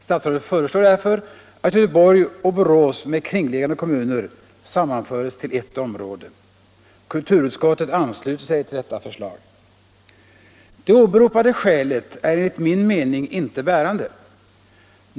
Statsrådet föreslår därför att Göteborg och Borås med kringliggande kommuner sammanförs till ett område. Kulturutskottet ansluter sig till detta förslag. Det åberopade skälet är enligt min mening inte bärande.